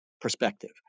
perspective